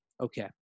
Okay